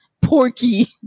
Porky